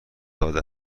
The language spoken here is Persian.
داده